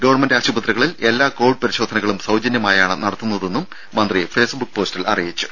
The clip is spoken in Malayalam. ഗവൺമെന്റ് ആശുപത്രികളിൽ എല്ലാ കൊവിഡ് പരിശോധനകളും സൌജന്യമായാണ് നടത്തുന്നതെന്നും മന്ത്രി ഫെയ്സ്ബുക്ക് പോസ്റ്റിൽ അറിയിച്ചു